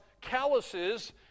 calluses